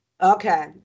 okay